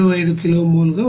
75 kilomole గా వస్తుంది